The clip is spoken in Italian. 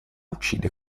uccide